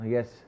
Yes